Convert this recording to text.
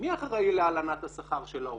מי אחראי להלנת השכר של העובדות?